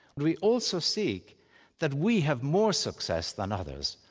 we also seek that we have more success than others.